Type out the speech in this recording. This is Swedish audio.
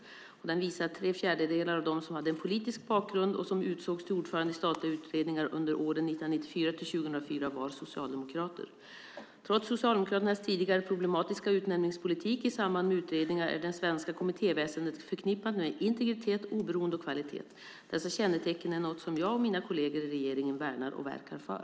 Den visade att tre fjärdedelar av dem som hade en politisk bakgrund och som utsågs till ordförande i statliga utredningar under åren 1994-2004 var socialdemokrater. Trots Socialdemokraternas tidigare problematiska utnämningspolitik i samband med utredningar är det svenska kommittéväsendet förknippat med integritet, oberoende och kvalitet. Dessa kännetecken är något som jag och mina kolleger i regeringen värnar och verkar för.